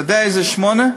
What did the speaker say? אתה יודע איזה שמונה?